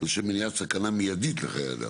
"לשם מניעת סכנה מיידית לחיי אדם".